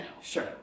Sure